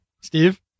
Steve